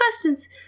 Questions